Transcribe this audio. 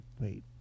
wait